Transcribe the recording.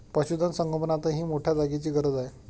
पशुधन संगोपनातही मोठ्या जागेची गरज आहे